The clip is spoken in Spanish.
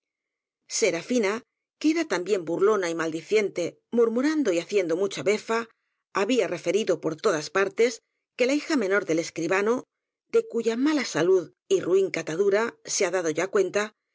que era también burlona y maldicien te murmurando y haciendo mucha befa había re ferido por todas partes que la hija menor del escri bano de cuya mala salud y ruin catadura se ha dado ya cuenta